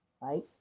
right